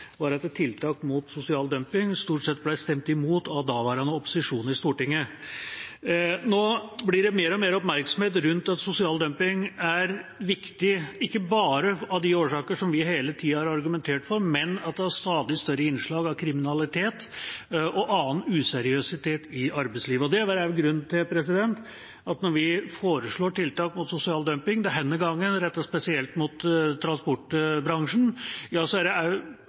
var at tiltak mot sosial dumping stort sett ble stemt imot av daværende opposisjon i Stortinget. Nå blir det mer og mer oppmerksomhet rundt at sosial dumping er viktig, ikke bare av de årsaker som vi hele tida har argumentert for, men fordi det er stadig større innslag av kriminalitet og annen useriøsitet i arbeidslivet. Det er også grunnen til at det, når vi foreslår tiltak mot sosial dumping, denne gangen rettet spesielt mot transportbransjen, ikke bare på arbeidstakersida, men også på arbeidsgiversida er